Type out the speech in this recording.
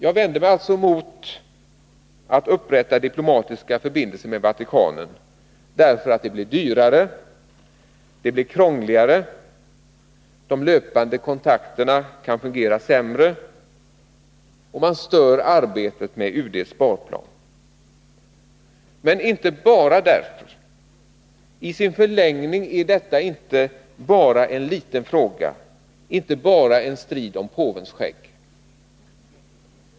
Jag vänder mig alltså mot att upprätta diplomatiska förbindelser med Vatikanen därför att det blir dyrare, det blir krångligare, de löpande kontakterna kan fungera sämre, och man stör arbetet med UD:s sparplan. Men det är inte bara därför. I sin förlängning är detta inte en liten fråga, inte bara en strid om påvens skägg.